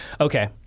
Okay